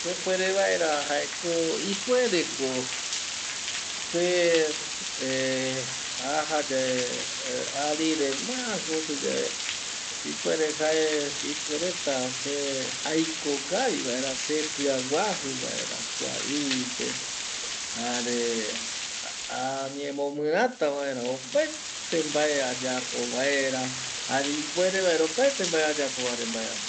Sepuere vaera jaeko ipuere ko se hesitation aja yae arire ma kuti yae ipuere jae ipuereta se aiko kavi vaera, sepiaguaju vaera kua ivi pe jare añemo mirata vaera opaete mbae ayapo vaera jare ipuere vaera opaete mbae ayapo va re mbae anoi